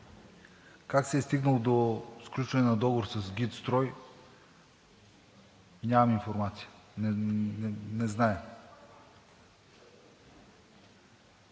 Как се е стигнало до сключване на договор с „ГИТ Строй“, нямам информация. Не зная.